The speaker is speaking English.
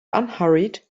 unhurried